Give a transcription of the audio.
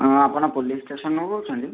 ହଁ ଆପଣ police station ରୁ କହୁଛନ୍ତି